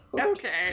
Okay